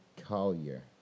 Collier